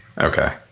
okay